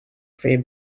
three